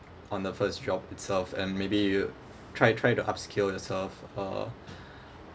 on the first job itself and maybe you try try to upskill yourself uh